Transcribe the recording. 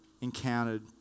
encountered